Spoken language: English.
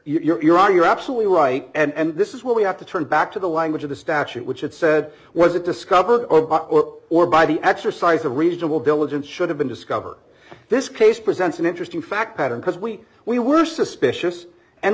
visitor you're our you're absolutely right and this is what we have to turn back to the language of the statute which it said was it discovered or by the exercise a reasonable diligence should have been discovered this case presents an interesting fact pattern because when we were suspicious and